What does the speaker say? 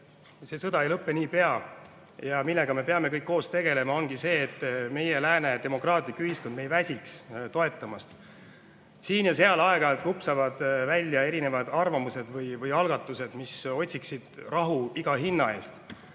see sõda ei lõpe niipea. Ja millega me peame kõik koos tegelema, ongi see, et meie lääne demokraatlik ühiskond ei väsiks toetamast. Siin ja seal aeg-ajalt vupsavad välja erinevad arvamused või algatused otsida rahu iga hinna eest.